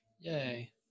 yay